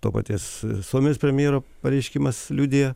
to paties suomijos premjero pareiškimas liudija